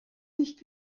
nicht